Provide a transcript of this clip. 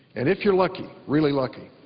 and if you're lucky, really lucky,